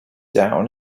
down